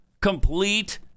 complete